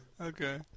okay